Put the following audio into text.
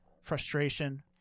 frustration